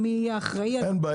מי יהיה אחראי --- אין בעיה.